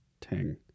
Tang